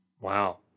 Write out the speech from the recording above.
wow